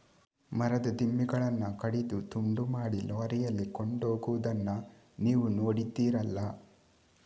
ಮರದ ದಿಮ್ಮಿಗಳನ್ನ ಕಡಿದು ತುಂಡು ಮಾಡಿ ಲಾರಿಯಲ್ಲಿ ಕೊಂಡೋಗುದನ್ನ ನೀವು ನೋಡಿದ್ದೀರಲ್ಲ